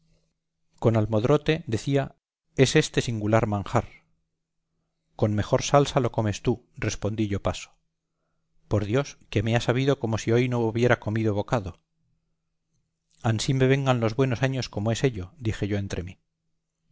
con almodrote decía es éste singular manjar con mejor salsa lo comes tú respondí yo paso por dios que me ha sabido como si hoy no hobiera comido bocado ansí me vengan los buenos años como es ello dije yo entre mí